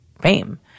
fame